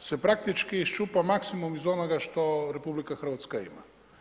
se praktički iščupa maksimum iz onoga što Republika Hrvatska ima.